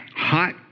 hot